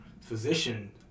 physician